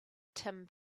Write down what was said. tim